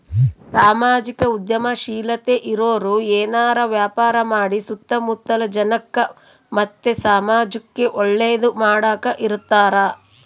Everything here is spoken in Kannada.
ಸಾಮಾಜಿಕ ಉದ್ಯಮಶೀಲತೆ ಇರೋರು ಏನಾರ ವ್ಯಾಪಾರ ಮಾಡಿ ಸುತ್ತ ಮುತ್ತಲ ಜನಕ್ಕ ಮತ್ತೆ ಸಮಾಜುಕ್ಕೆ ಒಳ್ಳೇದು ಮಾಡಕ ಇರತಾರ